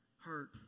Hurt